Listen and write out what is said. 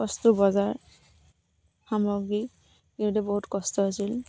বস্তু বজাৰ সামগ্ৰী বহুত কষ্ট হৈছিল